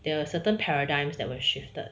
there are certain paradigms that were shifted